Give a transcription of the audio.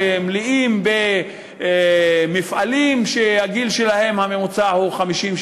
שמלאים במפעלים שהגיל הממוצע שלהם הוא 50,